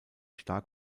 stark